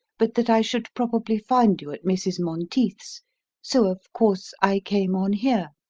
but that i should probably find you at mrs. monteith's so of course i came on here.